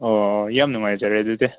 ꯑꯣ ꯌꯥꯝ ꯅꯨꯡꯉꯥꯏꯖꯔꯦ ꯑꯗꯨꯗꯤ